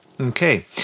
Okay